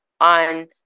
on